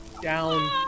down